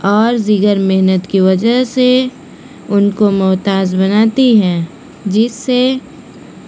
اور دیگر محنت کی وجہ سے ان کو محتاج بناتی ہے جس سے